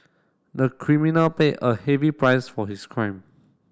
the criminal paid a heavy price for his crime